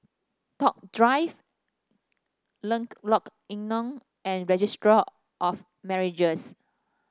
Toh Drive Lenglok Enam and Registry of Marriages